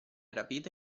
rapita